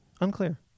Unclear